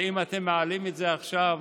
ואם אתם מעלים את זה עכשיו,